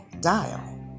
dial